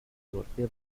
divorció